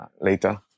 later